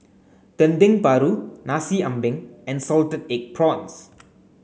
Dendeng Paru Nasi Ambeng and salted egg prawns